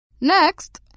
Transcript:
Next